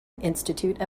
institute